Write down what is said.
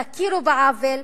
תכירו בעוול,